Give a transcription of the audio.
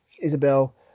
Isabel